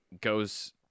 goes